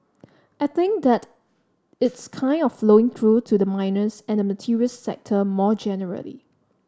I think that it's kind of flowing through to the miners and the materials sector more generally